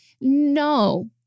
No